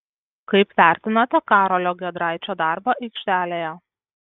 kaip vertinate karolio giedraičio darbą aikštelėje